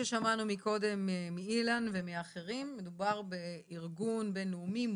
שם מדובר על ארגון שהנחיותיו מיושמות לעניין מסחר בין-לאומי.